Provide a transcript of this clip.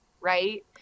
right